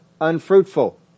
unfruitful